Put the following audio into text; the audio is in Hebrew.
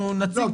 לא,